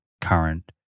current